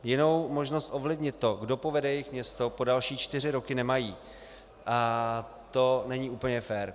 Jinou možnost ovlivnit to, kdo povede jejich město po další čtyři roky, nemají a to není úplně fér.